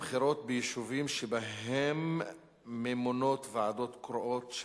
בחירות ביישובים שממונות בהם ועדות קרואות,